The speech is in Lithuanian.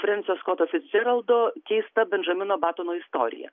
frensio skoto ficdžeraldo keista benžamino batono istorija